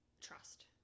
Trust